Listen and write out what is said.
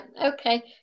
okay